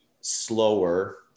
slower